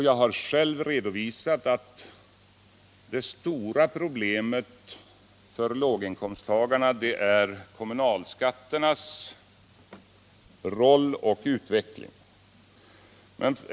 Jag har själv redovisat att det stora problemet för låginkomsttagarna är kommunalskatternas roll och utveckling.